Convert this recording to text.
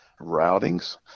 routings